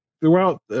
throughout